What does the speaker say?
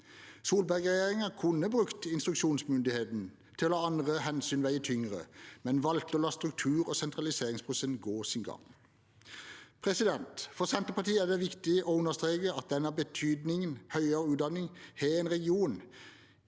Solberg-regjeringen kunne brukt instruksjonsmyndigheten til å la andre hensyn veie tyngre, men valgte å la struktur- og sentraliseringsprosessen gå sin gang. For Senterpartiet er det viktig å understreke at med den betydningen høyere utdanning har i en region,